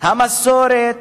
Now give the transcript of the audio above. המסורת,